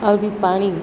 આવી પાણી